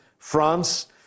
France